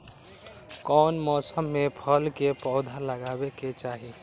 कौन मौसम में फल के पौधा लगाबे के चाहि?